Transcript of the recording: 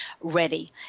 ready